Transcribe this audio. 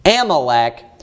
Amalek